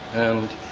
and